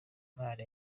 imana